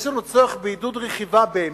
יש לנו צורך בעידוד רכיבה באמת.